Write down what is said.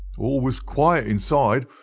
all was quiet inside,